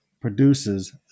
produces